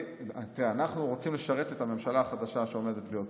אנחנו רוצים לשרת את הממשלה החדשה שעומדת להיות פה.